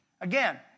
again